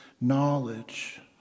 knowledge